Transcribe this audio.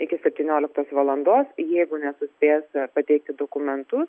iki septynioliktos valandos jeigu nesuspės pateikti dokumentus